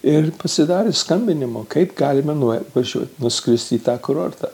ir pasidarė skambinimo kaip galime nuo važiuot nuskrist į tą kurortą